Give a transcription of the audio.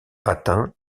atteint